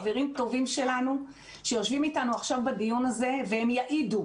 חברים טובים שלנו שיושבים איתנו עכשיו בדיון הזה והם יעידו